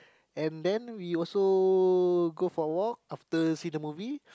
and then we also go for a walk after see the movie